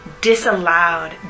disallowed